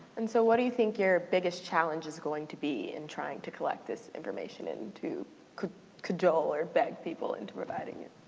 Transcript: and so what do you think your biggest challenge is going to be in trying to collect this information and and to cajole or beg people into providing it?